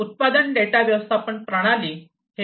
उत्पादन डेटा व्यवस्थापन प्रणाली